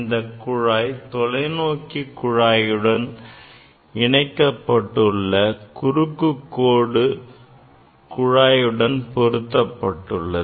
இந்த குழாய் தொலைநோக்கி குழாயுடன் இணைக்கப்பட்டுள்ள குறுக்குக் கோடு குழாயுடன் பொருத்தப்பட்டுள்ளது